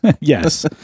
yes